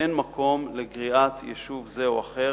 אין מקום לגריעת יישוב זה או אחר,